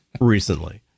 recently